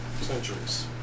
centuries